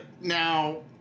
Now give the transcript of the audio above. now